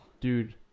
Dude